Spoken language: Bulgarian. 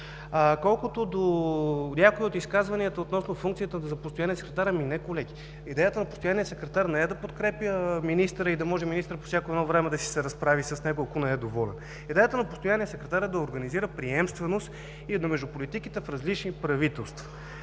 Колкото до някои от изказванията относно функцията на постоянния секретар, ами не, колеги, идеята на постоянния секретар не е да подкрепя министъра и да може министърът по всяко едно време да се разправи с него, ако не е доволен. Идеята на постоянния секретар е да организира приемственост между политиките в различни правителства.